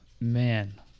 man